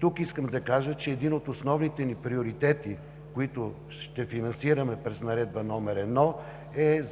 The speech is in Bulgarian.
Тук искам да кажа, че един от основните ни приоритети, които ще финансираме през Наредба № 1, е